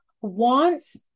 wants